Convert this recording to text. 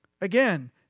Again